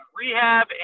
Rehab